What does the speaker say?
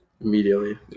Immediately